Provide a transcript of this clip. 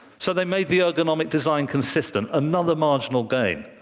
so they made the ergonomic design consistent another marginal gain.